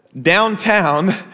downtown